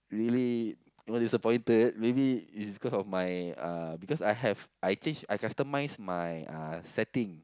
really was disappointed maybe it's because of my uh because I have I change I customize my uh setting